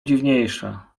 dziwniejsza